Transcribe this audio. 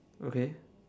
okay